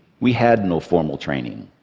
we had no formal training.